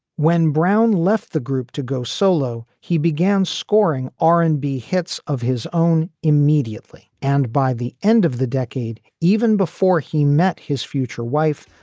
when brown left the group to go solo, he began scoring r and b hits of his own immediately. and by the end of the decade, even before he met his future wife,